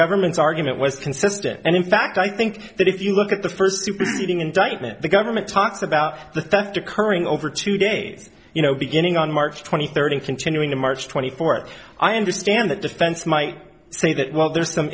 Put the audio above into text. government's argument was consistent and in fact i think that if you look at the first superseding indictment the government talks about the theft occurring over two days you know beginning on march twenty third and continuing the march twenty fourth i understand that defense might say that well there's some